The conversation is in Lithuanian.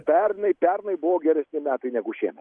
pernai pernai buvo geresni metai negu šiemet